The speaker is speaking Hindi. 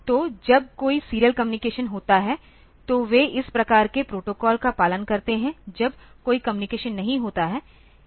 तो जब कोई सीरियल कम्युनिकेशन होता है तो वे इस प्रकार के प्रोटोकॉल का पालन करते हैं जब कोई कम्युनिकेशन नहीं होता है